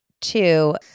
two